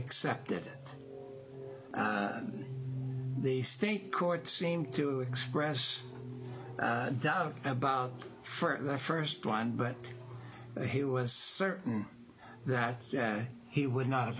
accepted it on the state court seemed to express doubt about for the first one but he was certain that he would not